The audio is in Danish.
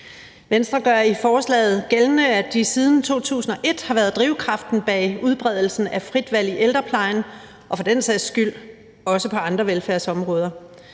Venstre gør i forslaget gældende, at de siden 2001 har været drivkraften bag udbredelsen af frit valg i ældreplejen og for den sags skyld også på andre velfærdsområder.